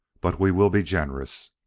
but we will be generous.